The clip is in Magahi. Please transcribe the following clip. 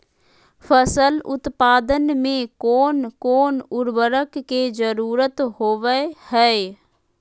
फसल उत्पादन में कोन कोन उर्वरक के जरुरत होवय हैय?